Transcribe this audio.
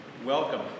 Welcome